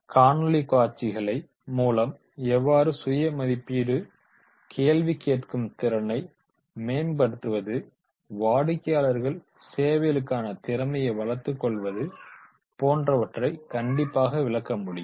காணொளிக் காட்சிகள் மூலம் எவ்வாறு சுயமதிப்பீடு கேள்வி கேட்கும் திறனை மேம்படுத்துவது வாடிக்கையாளர் சேவைகளுக்கான திறமையை வளர்த்துக் கொள்வது போன்றவற்றை கண்டிப்பாக விளக்க முடியும்